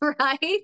right